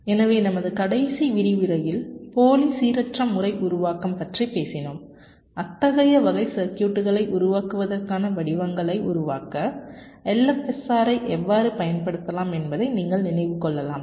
எனவேநமது கடைசி விரிவுரையில் போலி சீரற்ற முறை உருவாக்கம் பற்றிப் பேசினோம் அத்தகைய வகை சர்க்யூட்டுகளை உருவாக்குவதற்கான வடிவங்களை உருவாக்க LFSR ஐ எவ்வாறு பயன்படுத்தலாம் என்பதை நீங்கள் நினைவு கொள்ளலாம்